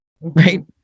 right